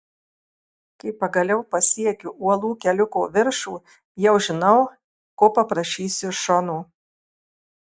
kai pagaliau pasiekiu uolų keliuko viršų jau žinau ko paprašysiu šono